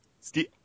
Steve